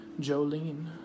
Jolene